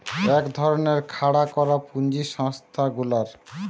এক ধরণের খাড়া করা পুঁজি সংস্থা গুলার